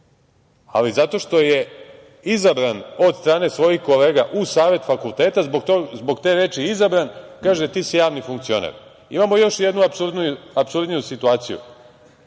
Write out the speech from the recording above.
ali zato što je izabran od strane svojih kolega u savet fakulteta, zbog te reči „izabran“, kažu – ti si javni funkcioner. Imamo još jednu apsurdniju situaciju,